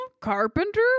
Carpenter